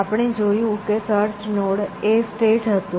આપણે જોયું કે સર્ચ નોડ એ સ્ટેટ હતું